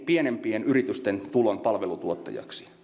pienempien yritysten tulon palvelutuottajiksi